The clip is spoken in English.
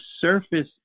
surface